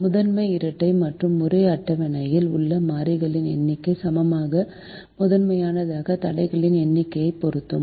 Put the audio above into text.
முதன்மை இரட்டை மற்றும் ஒரே அட்டவணையில் உள்ள மாறிகளின் எண்ணிக்கைக்கு சமமான முதன்மையான தடைகளின் எண்ணிக்கை பொருந்தும்